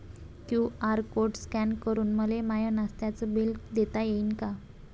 QR code scan करून मले माय नास्त्याच बिल देता येईन का?